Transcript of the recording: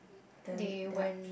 done that